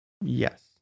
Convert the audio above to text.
Yes